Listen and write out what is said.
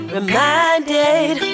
Reminded